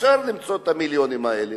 אפשר למצוא את המיליונים האלה.